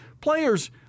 players